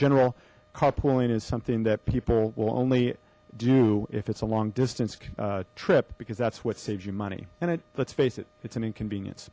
general carpooling is something that people will only do if it's a long distance trip because that's what saves you money and let's face it it's an inconvenience